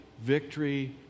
victory